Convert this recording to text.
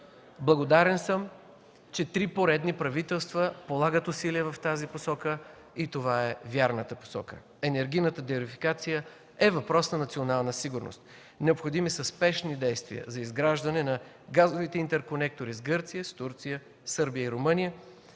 Благодарен съм, че три поредни правителства полагат усилия в тази посока и това е вярната посока. Енергийната диверсификация е въпрос на национална сигурност. Необходими са спешни действия за изграждане на газовите интерконектори с Гърция, с Турция, Сърбия и Румъния,